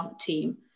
team